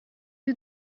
you